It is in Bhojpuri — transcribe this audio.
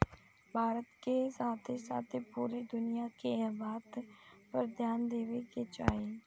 भारत के साथे साथे पूरा दुनिया के एह बात पर ध्यान देवे के चाही